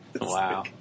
Wow